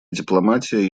дипломатия